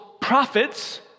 prophets